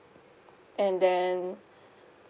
and then